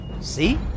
see